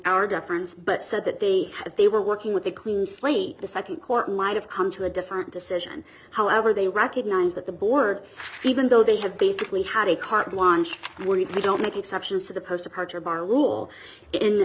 our deference but said that they had they were working with a clean slate the second court might have come to a different decision however they recognize that the board even though they have basically had a carte blanche when they don't make exceptions to the post of heart or bar rule in